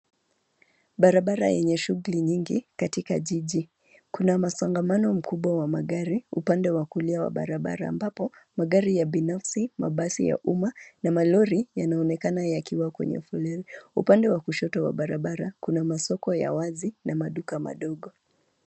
Barabara yenye shughuli nyingi katika jiji. Kuna msongomano mkubwa wa magari upande wa kulia wa barabara ambapo magari ya binafsi, mabasi ya umma na malori yanaonekana yakiwa kwenye foleni. Upande wa kushoto wa barabara, kuna masoko ya wazi na maduka madogo.